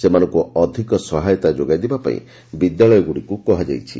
ସେମାନଙ୍କୁ ଅଧିକ ସହାୟତା ଯୋଗାଇଦେବା ପାଇଁ ବିଦ୍ୟାଳୟଗୁଡ଼ିକୁ କୁହାଯାଇଛି